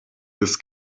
this